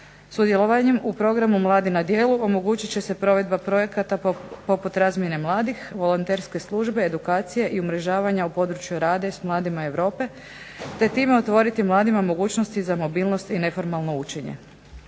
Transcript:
Sudjelovanjem u Programu mladi na djelu omogućit će se provedba projekta poput razmjene mladih, volonterske službe, edukacije i umrežavanja u području rada i s mladima Europe te time otvoriti mladima mogućnosti za mobilnost i neformalno učenje.